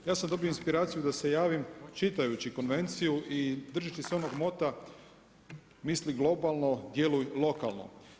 Ja sam dobio inspiraciju da se javim čitajući konvenciju i držeći se onog mota misli globalno, djeluj lokalno.